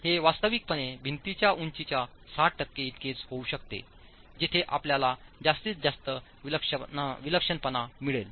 हे वास्तविकतेने भिंतीच्या उंचीच्या साठ टक्के इतकेच होऊ शकते जिथे आपल्याला जास्तीत जास्त विलक्षणपणा मिळेल